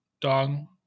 dong